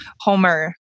Homer